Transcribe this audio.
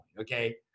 okay